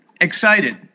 excited